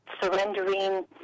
surrendering